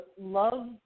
love